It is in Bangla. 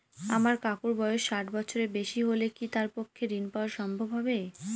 আমার কাকুর বয়স ষাট বছরের বেশি হলে কি তার পক্ষে ঋণ পাওয়া সম্ভব হবে?